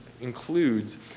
includes